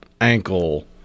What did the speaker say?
ankle